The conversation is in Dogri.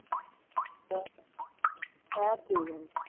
ए ए ठीक ऐ फ्ही